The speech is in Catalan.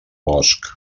bosc